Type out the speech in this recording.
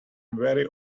very